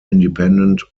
independent